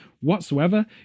whatsoever